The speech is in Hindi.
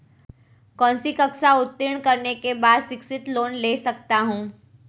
कौनसी कक्षा उत्तीर्ण करने के बाद शिक्षित लोंन ले सकता हूं?